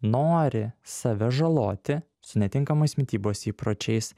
nori save žaloti su netinkamais mitybos įpročiais